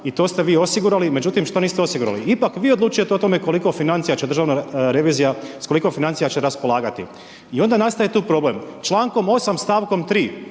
i to ste vi osigurali. Međutim što niste osigurali, ipak vi odlučujete o tome koliko financija će državna revizija, s koliko financija će raspolagati. I onda nastaje tu problem, člankom 8. stavkom 3.